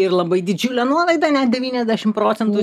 ir labai didžiulę nuolaidą net devyniasdešim procentų